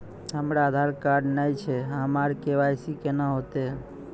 हमरा आधार कार्ड नई छै हमर के.वाई.सी कोना हैत?